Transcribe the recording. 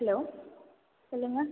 hello சொல்லுங்கள்